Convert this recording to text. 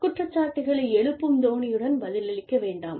குற்றச்சாட்டுகளை எழுப்பும் தொனியுடன் பதிலளிக்க வேண்டாம்